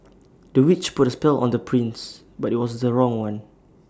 the witch put A spell on the prince but IT was the wrong one